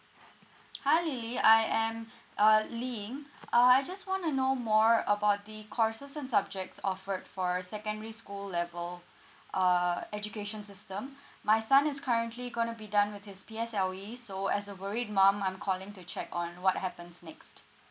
hi Ilily I am uh li ying uh I just want to know more about the courses and subjects offered for secondary school level err education system my son is currently going to be done with his P_S_L_E so as a worried mum I'm calling to check on what happens next